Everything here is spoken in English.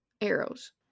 arrows